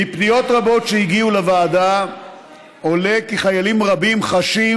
מפניות רבות שהגיעו לוועדה עולה כי חיילים רבים חשים